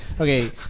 okay